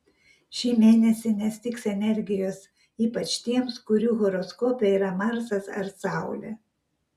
šį mėnesį nestigs energijos ypač tiems kurių horoskope yra marsas ar saulė